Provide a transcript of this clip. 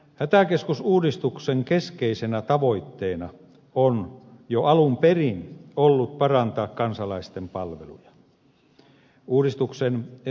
hätäkeskusuudistuksen keskeisenä tavoitteena on jo alun perin ollut parantaa kansalaisten palveluja